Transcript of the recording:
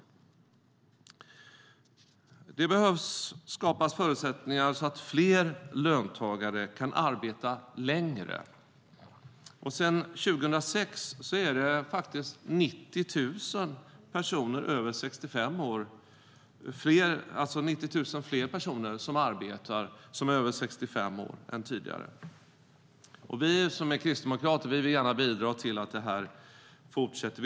Det behöver skapas förutsättningar så att fler löntagare kan arbeta längre. Sedan 2006 är det 90 000 fler personer över 65 år som arbetar än det var tidigare. Vi kristdemokrater vill gärna bidra till att det fortsätter.